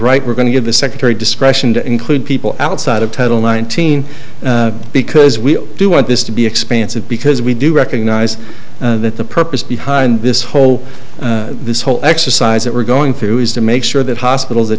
right we're going to give the secretary discretion to include people outside of title nineteen because we do want this to be expansive because we do recognize that the purpose behind this whole this whole exercise that we're going through is to make sure that hospitals that